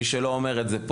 מי שלא אומר את זה,